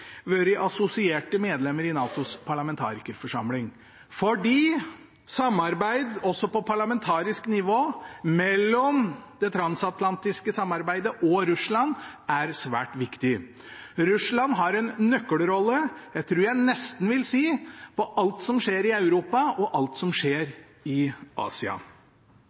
vært assosierte medlemmer i NATOs parlamentarikerforsamling, fordi samarbeid også på parlamentarisk nivå mellom det transatlantiske samarbeidet og Russland er svært viktig. Russland har en nøkkelrolle – det tror jeg nesten jeg vil si – i alt som skjer i Europa, og alt som skjer i Asia.